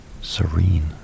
serene